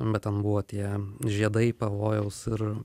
bet ten buvo tie žiedai pavojaus ir